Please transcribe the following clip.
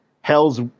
Hell's